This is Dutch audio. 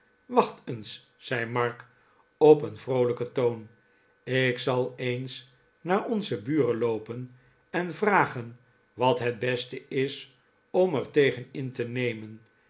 eens zei mark op een vroolijken toon ik zal eens naar onze buren loopen en vragen wat het beste is om er tegen in te nemen